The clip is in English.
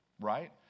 right